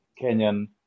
Kenyan